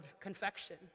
confection